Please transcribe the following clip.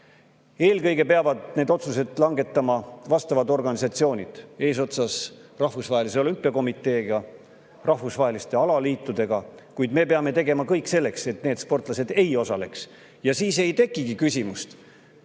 Eelkõige peavad need otsused langetama vastavad organisatsioonid eesotsas Rahvusvahelise Olümpiakomiteega, rahvusvaheliste alaliitudega, kuid me peame tegema kõik selleks, et need sportlased ei osaleks. Siis ei tekigi küsimust